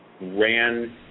ran